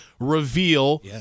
reveal